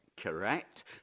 Correct